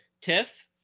Tiff